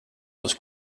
was